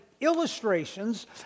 illustrations